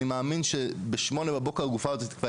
אני מאמין שבשמונה בבוקר הגופה הזאת כבר